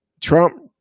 Trump